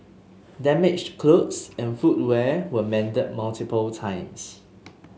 damaged clothes and footwear were mended multiple times